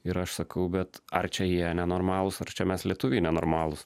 ir aš sakau bet ar čia jie nenormalūs ar čia mes lietuviai nenormalūs